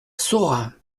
saurat